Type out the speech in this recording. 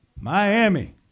Miami